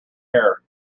hair